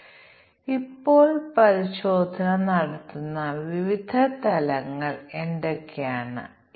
അതിനാൽ ഇത് വളരെ കൂടുതലാണ് സാധ്യമായ എല്ലാ കോമ്പിനേഷനുകളും നമുക്ക് ശരിക്കും പരീക്ഷിക്കാൻ കഴിയില്ല